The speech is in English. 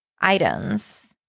items